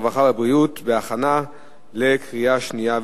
הרווחה והבריאות להכנה לקריאה שנייה ושלישית.